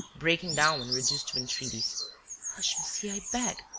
breaking down and reduced to entreaties hush, monsieur, i beg.